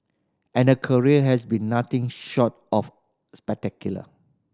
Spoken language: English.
and career has been nothing short of spectacular